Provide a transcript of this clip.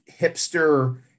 hipster